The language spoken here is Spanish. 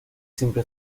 siempre